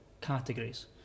categories